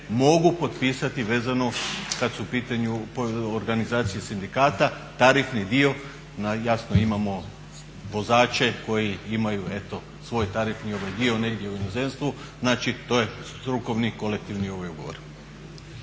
mogu potpisati vezano kad su u pitanju organizacije sindikata, tarifni dio. Jasno, imamo vozače koji imaju svoj tarifni dio negdje u inozemstvu, znači to je strukovni kolektivni ugovor.